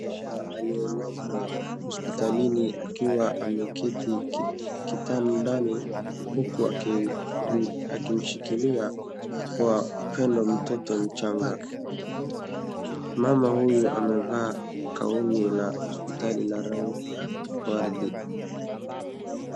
Mama aliyelazwa hospitalini akiwa ameketi kitandani huku akimshikilia kwa upendo mtoto mchanga. Mama huyu amevaa gauni ya hospitali ya rangi ya waridi.